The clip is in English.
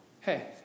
hey